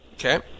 Okay